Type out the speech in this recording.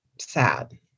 sad